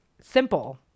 Simple